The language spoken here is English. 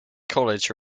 college